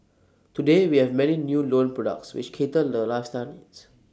today we have many new loan products which cater lifestyle needs